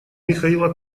михаила